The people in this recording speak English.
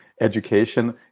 Education